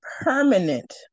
permanent